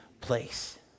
place